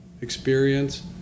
experience